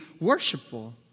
worshipful